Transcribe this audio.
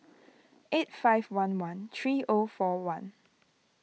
eight five one one three O four one